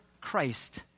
Christ